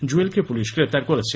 জুয়েলকে police গ্রেপ্তার করেছে